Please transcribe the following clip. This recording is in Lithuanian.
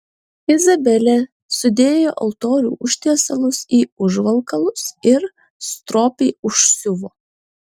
izabelė sudėjo altorių užtiesalus į užvalkalus ir stropiai užsiuvo